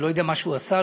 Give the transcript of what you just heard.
אני לא יודע מה הוא עשה,